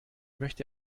möchte